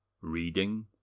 Reading